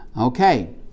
Okay